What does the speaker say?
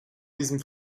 diesem